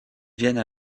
viennent